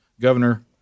Governor